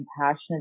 passionate